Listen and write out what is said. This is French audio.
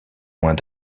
moins